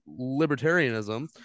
libertarianism